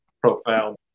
profound